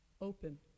open